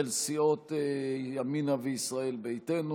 של סיעות ימינה וישראל ביתנו,